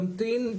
נמתין,